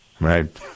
Right